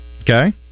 Okay